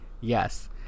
Yes